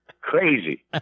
Crazy